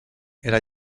era